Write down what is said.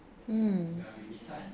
mm